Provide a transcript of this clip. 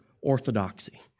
orthodoxy